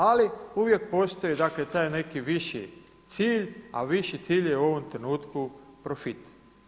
Ali uvijek postoji, dakle taj neki viši cilj, a viši cilj je u ovom trenutku profit.